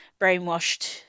brainwashed